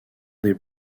des